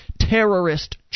terrorist